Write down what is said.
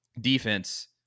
defense